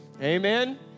Amen